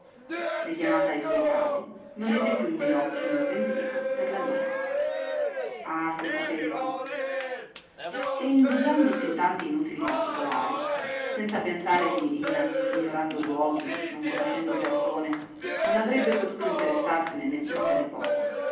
richiamata ai suoi casi non ebbe più né occhi né un pensiero per l'amica ah se sapessi e indugiandosi in tanti inutili particolari senza pensare che mirina ignorando luoghi non conoscendo persone non avrebbe potuto interessarsene né punto né poco